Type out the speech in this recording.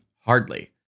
Hardly